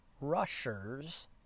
rushers